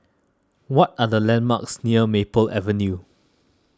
what are the landmarks near Maple Avenue